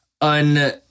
un